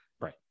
Right